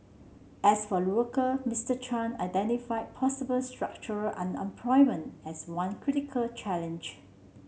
as for worker Mister Chan identified possible structural unemployment as one critical challenge